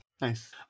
Nice